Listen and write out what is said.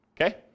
Okay